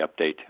update